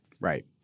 Right